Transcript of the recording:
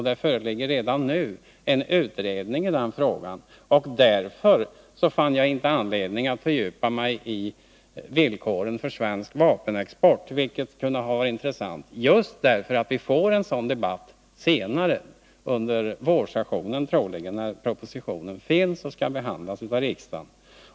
Det föreligger redan nu en 18 november 1981 utredning i ämnet. Mot den bakgrunden fann jag inte anledning att fördjupa migi villkoren för svensk vapenexport, vilket kunde ha varit intressant. Vi får troligen en sådan debatt i riksdagen under våren när propositionen föreligger och skall behandlas på riksdagen.